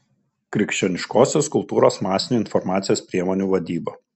krikščioniškosios kultūros masinių informacijos priemonių vadyba